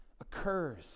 occurs